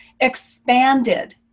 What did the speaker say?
Expanded